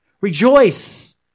Rejoice